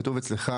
כתוב אצלך,